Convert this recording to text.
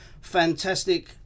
fantastic